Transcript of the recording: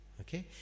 Okay